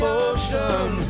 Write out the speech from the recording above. ocean